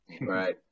Right